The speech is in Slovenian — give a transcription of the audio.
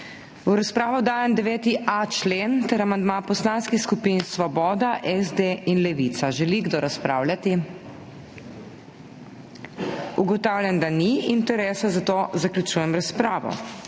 V razpravo dajem 9.a člen ter amandma poslanskih skupin Svoboda, SD in Levica. Želi kdo razpravljati? Ugotavljam, da ni interesa, zato zaključujem razpravo.